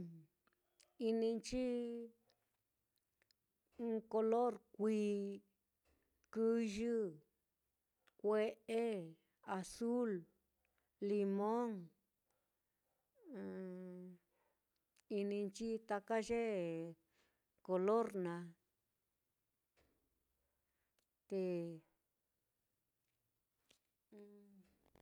Ininchi ɨ́ɨ́n color kui, kɨyɨ, kue'e, azul, limon, ininchi taka ye color naa te